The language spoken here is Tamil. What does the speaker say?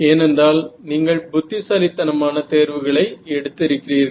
ஏனென்றால் நீங்கள் புத்திசாலித்தனமான தேர்வுகளை எடுத்திருக்கிறீர்கள்